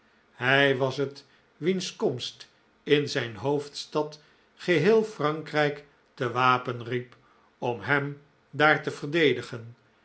hij was het wiens komst in zijn hoofdstad geheel frankrijk te wapen riep om hem daar te verdedigen